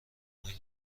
محیط